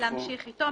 להמשיך אתו.